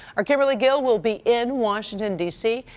our kimberly gill will be in washington, d c,